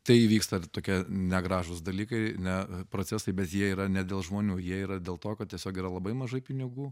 tai įvyksta tokie negražūs dalykai ne procesai bet jie yra ne dėl žmonių jie yra dėl to kad tiesiog yra labai mažai pinigų